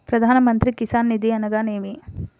ప్రధాన మంత్రి కిసాన్ నిధి అనగా నేమి?